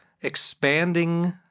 expanding